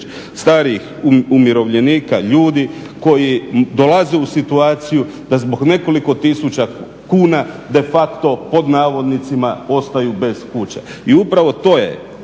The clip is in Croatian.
starijih umirovljenika, ljudi koji dolaze u situaciju da zbog nekoliko tisuća kuna de facto pod navodnicima ostaju bez kuće. I upravo to je